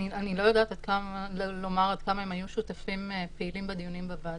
אני לא יודעת לומר עד כמה הם היו שותפים פעילים בדיונים בוועדה.